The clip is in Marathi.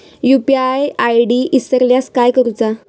यू.पी.आय आय.डी इसरल्यास काय करुचा?